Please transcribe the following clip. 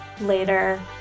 later